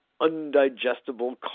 undigestible